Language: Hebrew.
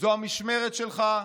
זאת המשמרת שלך,